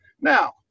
Now